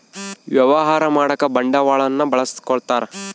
ವ್ಯವಹಾರ ಮಾಡಕ ಬಂಡವಾಳನ್ನ ಬಳಸ್ಕೊತಾರ